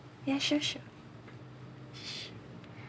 ya sure sure